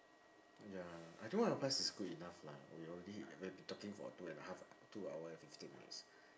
ya two and a half is good enough lah we already we have been talking for two and a half two hours and fifteen minutes